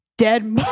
Dead